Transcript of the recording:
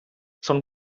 són